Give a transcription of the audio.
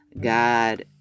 God